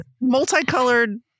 Multicolored